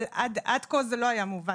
אבל עד כה זה לא היה מובן,